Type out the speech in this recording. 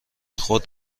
خود